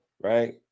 right